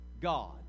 God